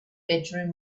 bedroom